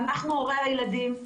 אנחנו הורי הילדים.